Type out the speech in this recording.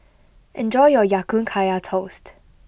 enjoy your Ya Kun Kaya Toast